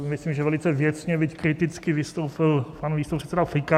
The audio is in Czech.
Myslím, že velice věcně, byť kriticky vystoupil pan místopředseda Pikal.